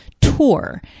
tour